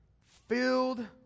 filled